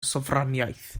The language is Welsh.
sofraniaeth